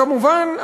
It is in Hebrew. כמובן,